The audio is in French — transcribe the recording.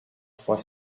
trois